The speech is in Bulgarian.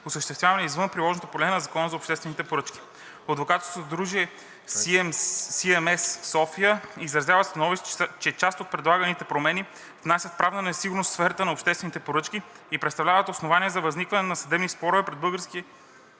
осъществявани извън приложното поле на Закона за обществените поръчки. От адвокатско съдружие „Си Ем Ес София“ изразяват становище, че част от предлаганите промени внасят правна несигурност в сферата на обществените поръчки и представляват основание за възникване на съдебни спорове пред